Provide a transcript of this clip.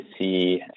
see